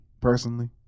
personally